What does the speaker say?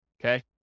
Okay